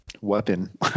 weapon